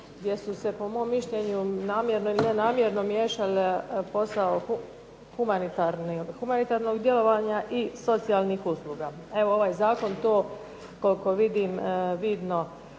gdje su se po mom mišljenju namjerno ili nenamjerno miješale posao humanitarnog djelovanja i socijalnih usluga. Evo, ovaj zakon to, koliko vidim, vidno